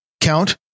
count